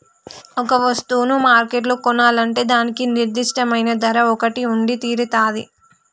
ఒక వస్తువును మార్కెట్లో కొనాలంటే దానికి నిర్దిష్టమైన ధర ఒకటి ఉండితీరతాది